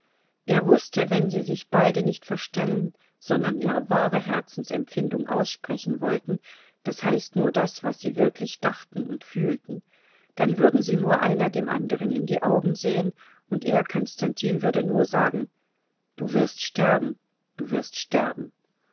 er wußte wenn sie sich beide nicht verstellen sondern ihre wahre herzensempfindung aussprechen wollten das heißt nur das was sie wirklich dachten und fühlten dann würden sie nur einer dem andern in die augen sehen und er konstantin würde nur sagen du wirst sterben du wirst sterben